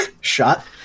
shot